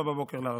04:00, להערכתי.